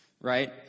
right